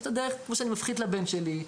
יש את הדרך כמו שאני מפחית לבן שלי,